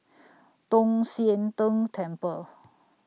Tong Sian Tng Temple